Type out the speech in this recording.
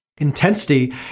intensity